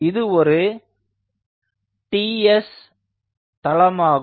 இது ஒரு T s தளமாகும்